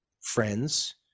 friends